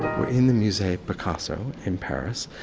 we're in the musee picasso, in paris,